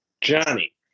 johnny